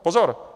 Pozor.